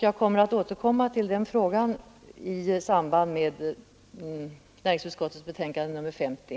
Jag återkommer till den frågan i samband med näringsutskottets betänkande nr 50.